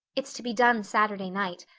it's to be done saturday night,